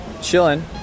chilling